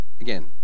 Again